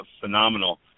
phenomenal